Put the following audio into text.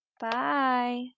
Bye